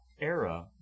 era